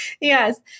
Yes